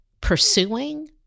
pursuing